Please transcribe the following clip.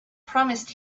promised